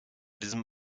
diesem